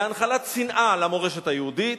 להנחלת שנאה למורשת היהודית,